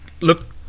look